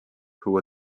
who